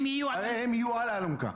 הרי הם יהיו על האלונקה.